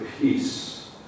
peace